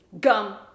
Gum